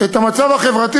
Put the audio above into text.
את המצב החברתי,